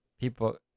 people